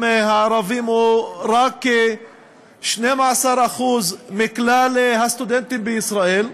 הערבים הוא רק 12% מכלל הסטודנטים בישראל,